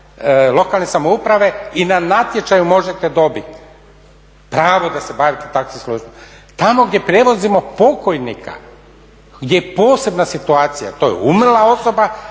lokalne samouprave i na natječaju možete dobiti pravo da se bavite taksi službom. Tamo gdje prevozimo pokojnika gdje je posebna situacija, to je umrla osoba